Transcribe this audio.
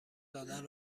دادن